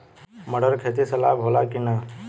मटर के खेती से लाभ होला कि न?